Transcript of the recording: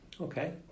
Okay